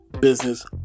business